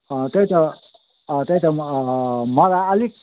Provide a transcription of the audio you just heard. अँ त्यही त अँ त्यही त मलाई अलिक